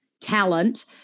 talent